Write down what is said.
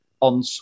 on